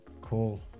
cool